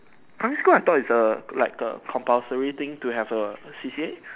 primary school I thought is a like a compulsory thing to have a C_C_A